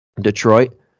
Detroit